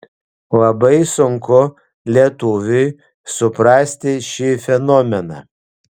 labai sunku lietuviui suprasti šį fenomeną